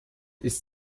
ist